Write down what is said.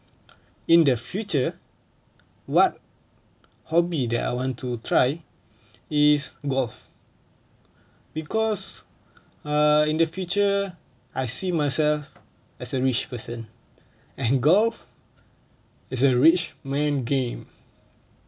in the future what hobby that I want to try is golf because err in the future I see myself as a rich person and golf is a rich man game